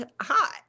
hot